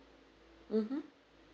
mmhmm